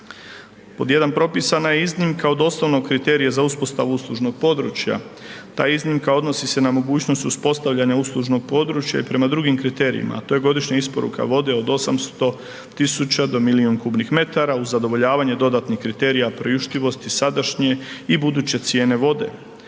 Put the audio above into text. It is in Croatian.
Pod 1, propisana je iznimka od osnovnog kriterija za uspostavu uslužnog područja, ta iznimka odnosni se na mogućnost uspostavljanja uslužnog područja i prema drugim kriterijima a to je godišnja isporuka vode od 800 tisuća do milijun kubnih metara uz zadovoljavanje dodatnih kriterija priuštivosti, sadašnje i buduće cijene vode.